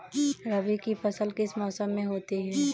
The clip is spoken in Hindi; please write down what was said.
रबी की फसल किस मौसम में होती है?